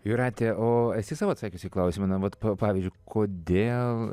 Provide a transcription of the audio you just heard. jūrateo esi sau atsakius į klausimą na vat pavyzdžiui kodėl